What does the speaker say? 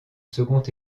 second